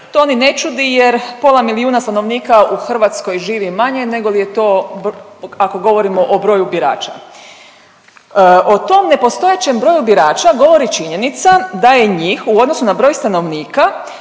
To ni ne čudi jer pola milijuna stanovnika u Hrvatskoj živi manje nego li je to, ako govorimo o broju birača. O tom nepostojećem broju birača govori činjenica da je njih u odnosu na broj stanovnika